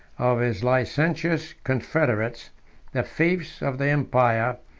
of his licentious confederates the fiefs of the empire,